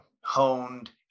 honed